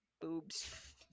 boobs